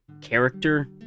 character